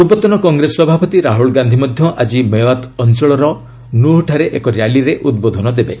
ପୂର୍ବତନ କଂଗ୍ରେସ ସଭାପତି ରାହୁଳ ଗାନ୍ଧୀ ମଧ୍ୟ ଆଜି ମେଓ୍ୱାତ୍ ଅଞ୍ଚଳର ନୁହ୍ଠାରେ ଏକ ର୍ୟାଲିରେ ଉଦ୍ବୋଧନ ଦେବେ